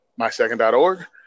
mysecond.org